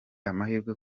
amahirwe